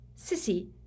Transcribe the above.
Sissy